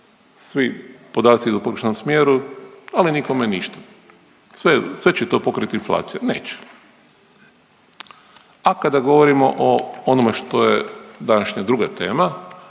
svi podaci idu u pogrešnom smjeru ali nikome ništa. Sve će to pokrit inflacija. Neće. A kada govorimo o onome što je današnja druga tema,